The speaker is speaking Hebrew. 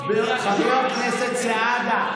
חבר הכנסת סעדה,